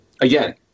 again